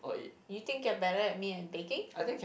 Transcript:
you think you're better at me at baking